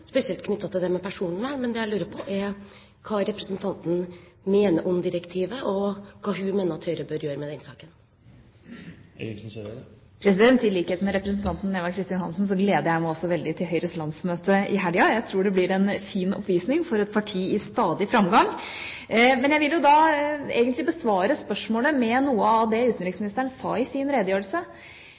spesielt knyttet til det med personvern, men det jeg lurer på, er hva representanten mener om direktivet, og hva hun mener at Høyre bør gjøre med den saken. I likhet med representanten Eva Kristin Hansen gleder jeg meg også veldig til Høyres landsmøte i helga – jeg tror det blir en fin oppvisning, for et parti i stadig framgang. Men jeg vil egentlig besvare spørsmålet med noe av det utenriksministeren sa i sin redegjørelse,